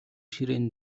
ширээн